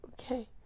okay